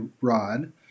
rod